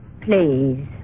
Please